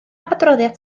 adroddiad